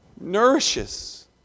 nourishes